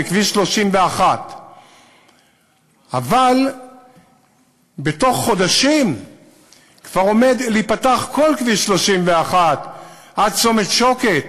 בכביש 31. אבל בתוך חודשים כבר עומד להיפתח כל כביש 31 עד צומת שוקת